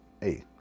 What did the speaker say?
hey